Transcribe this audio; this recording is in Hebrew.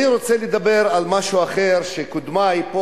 אני רוצה לדבר על משהו אחר ששדיברו קודמי פה.